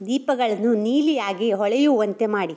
ದೀಪಗಳನ್ನು ನೀಲಿಯಾಗಿ ಹೊಳೆಯುವಂತೆ ಮಾಡಿ